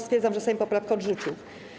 Stwierdzam, że Sejm poprawkę odrzucił.